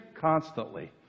constantly